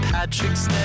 Patrick's